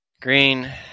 Green